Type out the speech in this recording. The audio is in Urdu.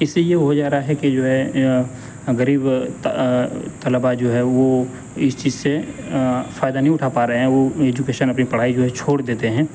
اس سے یہ ہو جا رہا ہے کہ جو ہے غریب طلبا جو ہے وہ اس چیز سے فائدہ نہیں اٹھا پا رہے ہیں وہ ایجوکیشن اپنی پڑھائی جو ہے چھوڑ دیتے ہیں